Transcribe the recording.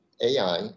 AI